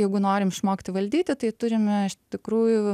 jeigu norim išmokti valdyti tai turime iš tikrųjų